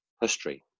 history